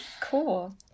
Cool